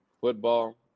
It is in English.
football